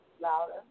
Louder